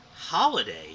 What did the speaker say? Holiday